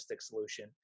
solution